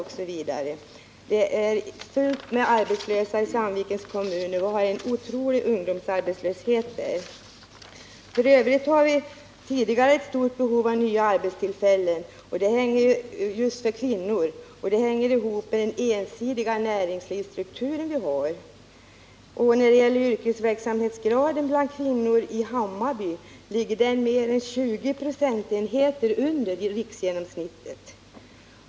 Det finns fullt med arbetslösa i Sandvikens kommun. Ungdomsarbetslösheten är otroligt stor. F. ö. har vi sedan en tid tillbaka ett stort behov av arbeten för kvinnor, vilket sammanhänger med den ensidiga näringslivsstrukturen. När det gäller kvinnors yrkesverksamhetsgrad i Hammarby kan jag nämna att den ligger mer än 20 procentenheter under riksgenomsnittet.